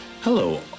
Hello